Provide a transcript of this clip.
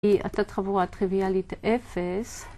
‫היא התת-חבורה טריוויאלית 0.